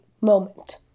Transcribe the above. moment